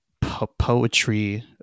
poetry